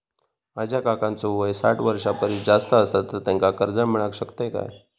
माझ्या काकांचो वय साठ वर्षां परिस जास्त आसा तर त्यांका कर्जा मेळाक शकतय काय?